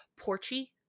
Porchy